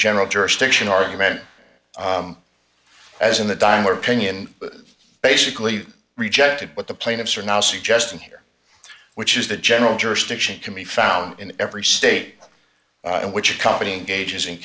general jurisdiction argument as in the diner opinion basically rejected what the plaintiffs are now suggesting here which is the general jurisdiction can be found in every state and which company gauges in